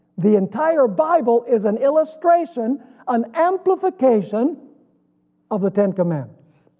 the entire bible is an illustration an amplification of the ten commandments,